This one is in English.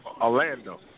Orlando